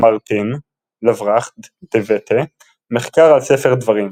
מרטין לברכט דה וטה מחקר על ספר דברים,